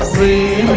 the